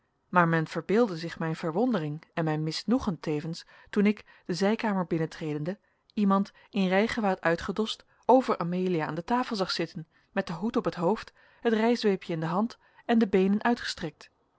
maar men verbeelde zich mijn verwondering en mijn misnoegen tevens toen ik de zijkamer binnentredende iemand in rijgewaad uitgedost over amelia aan de tafel zag zitten met den hoed op het hoofd het rijzweepje in de hand en de beenen uitgestrekt